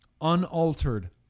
unaltered